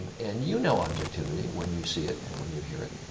and you know objectivity when you see it and when you hear it.